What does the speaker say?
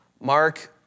Mark